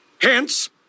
Hence